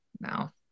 no